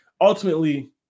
Ultimately